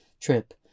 trip